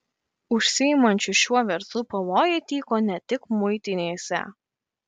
užsiimančių šiuo verslu pavojai tyko ne tik muitinėse